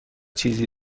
چیزی